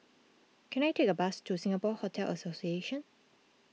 can I take a bus to Singapore Hotel Association